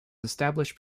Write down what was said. established